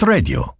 Radio